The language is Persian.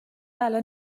الان